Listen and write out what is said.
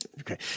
Okay